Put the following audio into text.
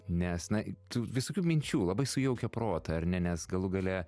nes na tų visokių minčių labai sujaukia protą ar ne nes galų gale